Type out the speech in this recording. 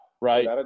right